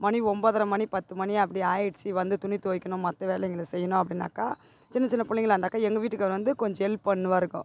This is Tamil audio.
மணி ஒம்பதர மணி பத்து மணி அப்படி ஆகிடுச்சி வந்து துணி துவைக்கணும் மற்ற வேலைங்களை செய்யணும் அப்படினாக்கா சின்ன சின்ன பிள்ளைங்களா இருந்தாக்கா எங்கள் வீட்டுக்கார் வந்து கொஞ்சம் ஹெல்ப் பண்ணுவாருங்கோ